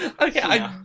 Okay